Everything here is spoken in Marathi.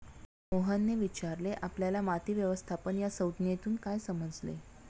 मोहनने विचारले आपल्याला माती व्यवस्थापन या संज्ञेतून काय समजले?